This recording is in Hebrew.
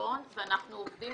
בצפון ואנחנו עובדים